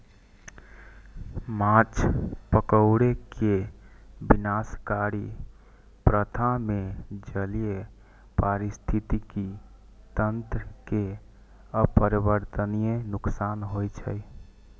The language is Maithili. माछ पकड़ै के विनाशकारी प्रथा मे जलीय पारिस्थितिकी तंत्र कें अपरिवर्तनीय नुकसान होइ छै